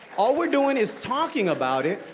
all we're doing is talking about it,